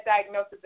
diagnosis